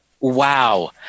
wow